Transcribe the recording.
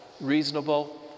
reasonable